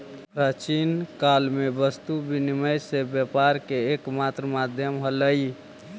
प्राचीन काल में वस्तु विनिमय से व्यापार के एकमात्र माध्यम हलइ